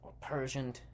Persian